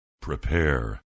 prepare